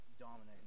dominating